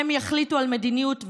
הם יחליטו על מדיניות,